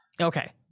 Okay